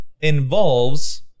involves